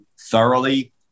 thoroughly